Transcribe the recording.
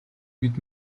бид